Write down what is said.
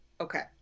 okay